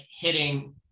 hitting